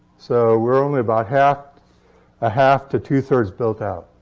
so we're only about half a half to two-thirds built out.